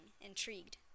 intrigued